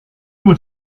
moet